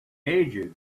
ages